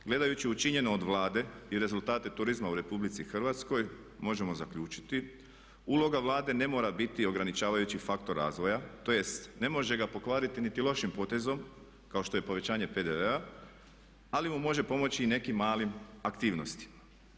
Gledajući učinjeno od Vlade i rezultate turizma u RH možemo zaključiti, uloga Vlade ne mora biti ograničavajući faktor razvoja, tj. ne može ga pokvariti niti lošim potezom kao što je povećanje PDV-a ali mu može pomoći nekim malim aktivnostima.